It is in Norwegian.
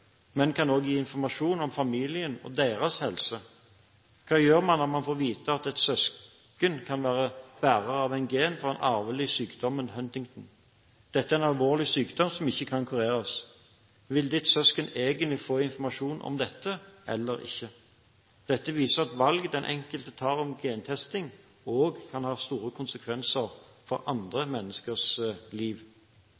men kan også gi informasjon om familien og deres helse. Hva gjør man når man får vite at søsken kan være bærer av et gen fra den arvelige sykdommen Huntington? Dette er en alvorlig sykdom som ikke kan kureres. Vil dine søsken egentlig ha informasjon om dette, eller ikke? Dette viser at valg den enkelte tar om gentesting, også kan ha store konsekvenser for andre